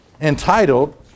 entitled